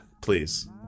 Please